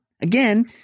again